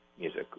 music